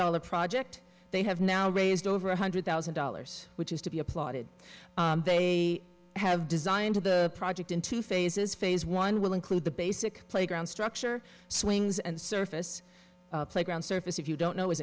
dollar project they have now raised over one hundred thousand dollars which is to be applauded they have designed the project in two phases phase one will include the basic playground structure swings and surface playground surface if you don't know is